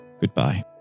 goodbye